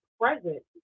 present